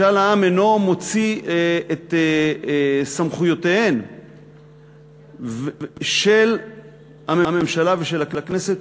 משאל העם אינו מוציא את סמכויותיהן של הממשלה ושל הכנסת,